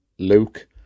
Luke